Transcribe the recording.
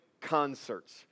concerts